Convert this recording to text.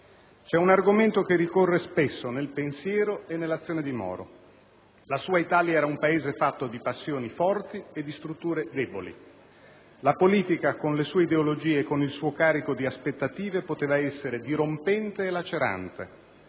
C'è un argomento che ricorre spesso nel pensiero e nell'azione di Moro: la sua Italia era un Paese fatto di passioni forti e di strutture deboli. La politica, con le sue ideologie e con il suo carico di aspettative, poteva essere dirompente e lacerante,